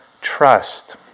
trust